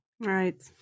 Right